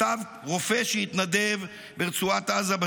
כתב בניו יורק טיימס רופא שהתנדב ברצועת עזה.